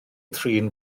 trin